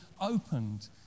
opened